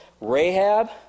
Rahab